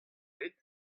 rit